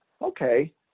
Okay